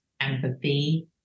empathy